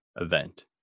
event